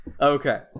Okay